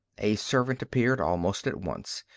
a servant appeared almost at once.